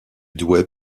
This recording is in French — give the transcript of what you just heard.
douai